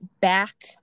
back